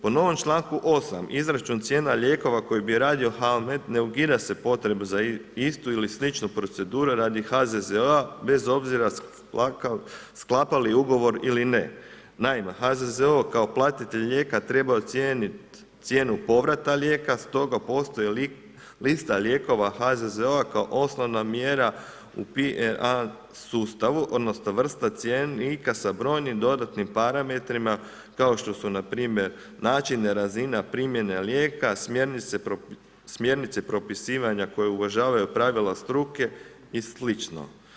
Po novom članku 8. izračun cijena lijekova koji bi radio Halmed ne ukida se potreba za istu ili sličnu proceduru radi HZZO-a bez obzira sklapa li ugovor ili ne. naime, HZZO kao platitelj lijeka treba ocijeniti cijenu povrata lijeka stog postoji li lista lijekova HZZO-a kao osnovna mjera u … sustavu odnosno vrsta cjenika sa brojnim dodatnim parametrima kao što su npr. način razina primjene lijeka, smjernice propisivanja koju uvažavaju pravila struke i sl.